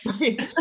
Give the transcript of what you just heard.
Right